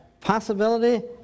possibility